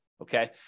Okay